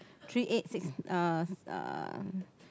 three eight six uh uh